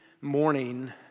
morning